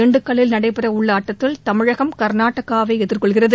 திண்டுக்கல்லில் நடைபெறவுள்ள ஆட்டத்தில் தமிழகம் கர்நாடகாவை எதிர்கொள்கிறது